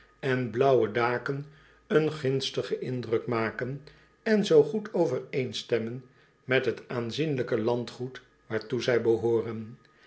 en blaauwe daken een gunstigen indruk maken en zoo goed overeenstemmen met het aanzienlijke landgoed waartoe zij behooren